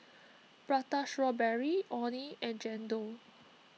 Prata Strawberry Orh Nee and Chendol